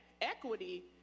equity